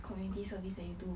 community service that you do